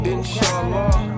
Inshallah